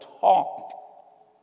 talk